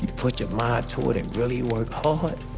put your mind to it and really work hard,